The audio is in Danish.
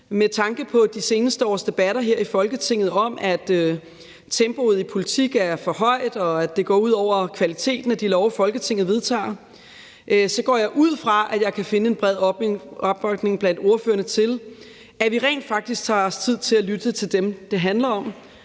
Med tanke på de seneste års debatter her i Folketinget om, at tempoet i politik er for højt, og at det går ud over kvaliteten af de love, Folketinget vedtager, går jeg ud fra, at jeg kan finde en bred opbakning blandt ordførerne til, at vi rent faktisk tager os tid til at lytte til dem, det handler om,